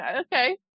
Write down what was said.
Okay